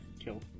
Kill